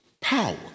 power